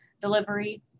delivery